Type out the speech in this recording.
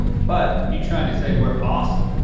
but you trying to say we're awesome?